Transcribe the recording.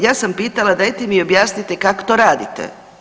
Ja sam pitala dajte mi objasnite kako to radite?